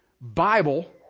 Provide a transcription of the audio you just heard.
Bible